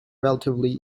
relatively